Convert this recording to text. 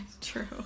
True